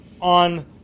on